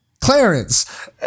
Clarence